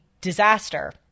disaster